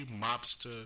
mobster